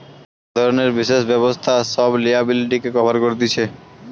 এক ধরণের বিশেষ ব্যবস্থা সব লিয়াবিলিটিকে কভার কতিছে